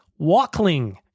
Walkling